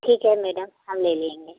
ठीक है मैडम हम ले लेंगे